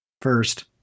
First